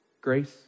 grace